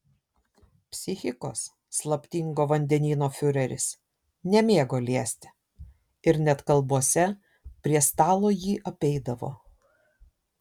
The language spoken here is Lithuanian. psichikos slaptingo vandenyno fiureris nemėgo liesti ir net kalbose prie stalo jį apeidavo